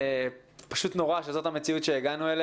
פשוט נורא שזאת המציאות אליה הגענו.